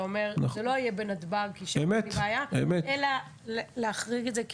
זה לא יהיה בנתב"ג כי שם אין לי בעיה אלא להחריג את זה.